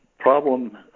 problem